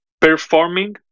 performing